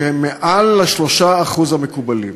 שהם מעל ל-3% המקובלים.